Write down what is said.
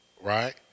Right